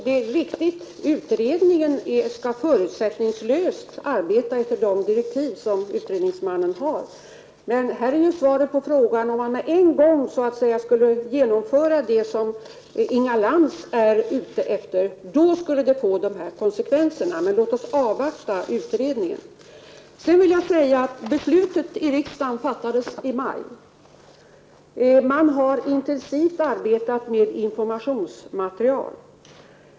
Herr talman! Det är riktigt att utredningen enligt de direktiv som utredningsmannen har skall arbeta förutsättningslöst. Men om man med en gång skulle genomföra det som Inga Lantz är ute efter skulle det få de konsekvenser som jag angivit i svaret. Men låt oss avvakta utredningen! Beslutet fattades i riksdagen i maj. Man har arbetat intensivt för att få fram informationsmaterial.